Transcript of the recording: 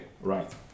right